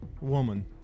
Woman